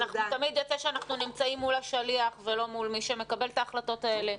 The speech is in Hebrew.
תמיד יוצא שאנחנו נמצאים מול השליח ולא מול מי שמקבל את ההחלטות האלה,